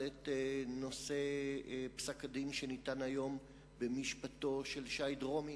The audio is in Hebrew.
נושא פסק-הדין שניתן היום במשפטו של שי דרומי.